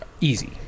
Easy